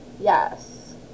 Yes